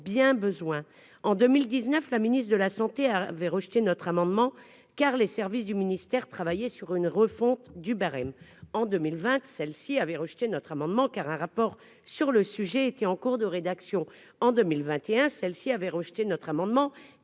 besoin en 2019, la ministre de la Santé avait rejeté notre amendement car les services du ministère, travailler sur une refonte du barème en 2020, celle-ci avait rejeté notre amendement car un rapport sur le sujet était en cours de rédaction en 2021, celles-ci avait rejeté notre amendement